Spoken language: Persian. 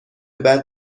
بعد